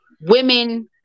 women